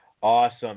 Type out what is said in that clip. Awesome